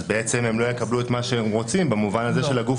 אז בעצם הם לא יקבלו את מה שהם רוצים במובן שלגוף